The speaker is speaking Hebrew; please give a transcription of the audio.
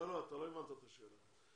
לא הבנת את השאלה.